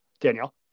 Danielle